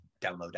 download